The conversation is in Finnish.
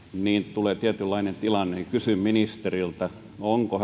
tulee tietynlainen tilanne kysynkin ministeriltä onko